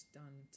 done